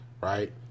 Right